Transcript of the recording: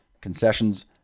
concessions